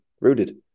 rooted